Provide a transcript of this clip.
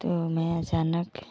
तो मैं अचानक